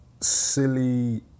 silly